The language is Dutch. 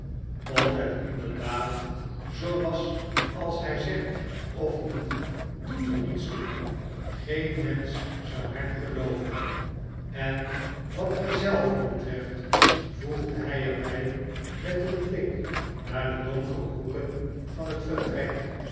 of het inderdaad zoo was als hij zegt of niet doet er niets toe geen mensch zou hem gelooven en wat mij zelven betreft voegde hij er bij met een blik naar de donkere hoeken van het vertrek